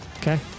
Okay